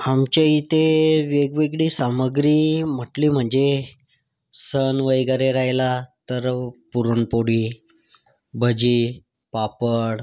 आमच्या इथे वेगवेगळी सामग्री म्हटली म्हणजे सण वगैरे राहयला तर पुरणपोळी भजी पापड